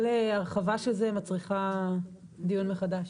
כל הרחבה של זה מצריכה דיון מחדש.